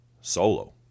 solo